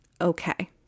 okay